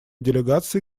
делегации